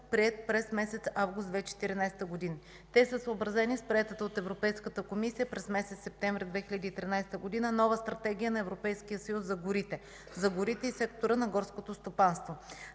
приет през месец август 2014 г. Те са съобразени с приетата от Европейската комисия през месец септември 2013 г. нова Стратегия на Европейския съюз за горите и сектора на горското стопанство.